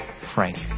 Frank